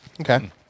Okay